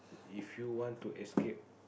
if you want to escape